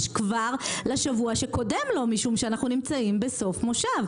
כבר לשבוע שקודם לו משום שאנחנו נמצאים בסוף מושב.